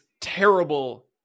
terrible